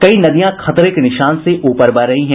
कई नदियां खतरे के निशान से ऊपर बह रही हैं